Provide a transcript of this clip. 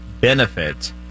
benefit